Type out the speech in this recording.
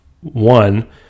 one